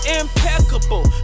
impeccable